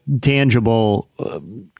tangible